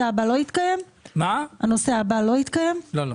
לא, לא.